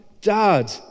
Dad